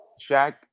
Shaq